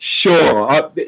Sure